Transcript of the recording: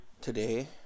today